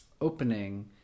opening